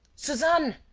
suzanne!